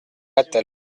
rethel